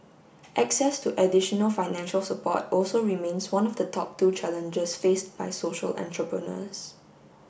access to additional financial support also remains one of the top two challenges faced by social entrepreneurs